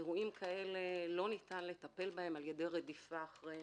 אירועים כאלה לא ניתן לטפל בהם על-ידי רדיפה אחרי